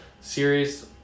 series